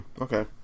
okay